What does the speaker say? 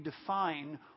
define